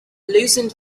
loosened